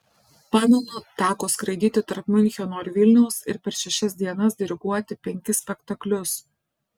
pamenu teko skraidyti tarp miuncheno ir vilniaus ir per šešias dienas diriguoti penkis spektaklius